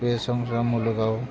बे संसार मुलुगाव